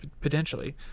potentially